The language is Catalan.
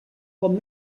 com